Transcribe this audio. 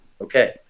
okay